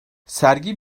sergi